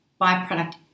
byproduct